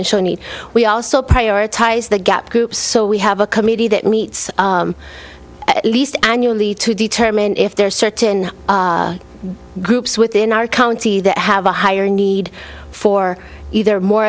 and show need we also prioritize the gap groups so we have a committee that meets at least annually to determine if there are certain groups within our county that have a higher need for either more